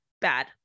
bad